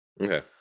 Okay